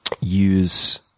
use